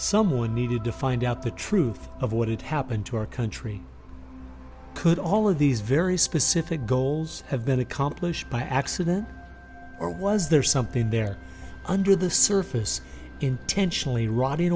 someone needed to find out the truth of what had happened to our country could all of these very specific goals have been accomplished by accident or was there something there under the surface intentionally rotting